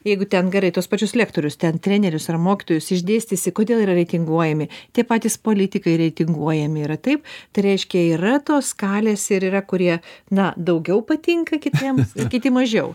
jeigu ten gerai tuos pačius lektorius ten trenerius ar mokytojus išdėstysi kodėl yra reitinguojami tie patys politikai reitinguojami yra taip tai reiškia yra tos skalės ir yra kurie na daugiau patinka kitiems kiti mažiau